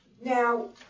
Now